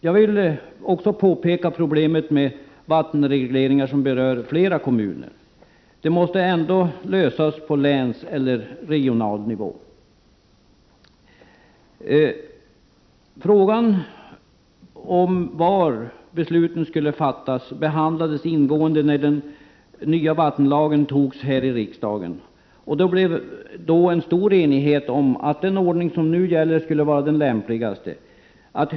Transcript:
Jag vill också påpeka problemet med vattenregleringar som berör flera kommuner. Det måste ändå lösas på länsnivå eller regionalnivå. Frågan om var beslutet skulle fattas behandlades ingående när den nya vattenlagen antogs här i riksdagen, och det rådde då stor enighet om att den ordning som nu gäller skulle vara den lämpligaste.